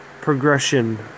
progression